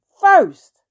first